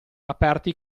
aperti